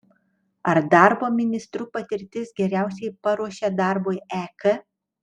ar darbo ministru patirtis geriausiai paruošia darbui ek